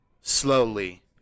slowly